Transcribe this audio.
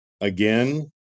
again